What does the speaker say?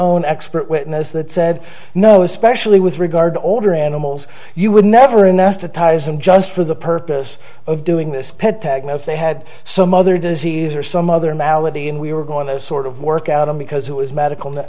own expert witness that said no especially with regard to older animals you would never enough to ties them just for the purpose of doing this if they had some other disease or some other malady and we were going to sort of work out and because it was medical